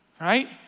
Right